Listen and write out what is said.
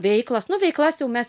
veiklos nu veiklas jau mes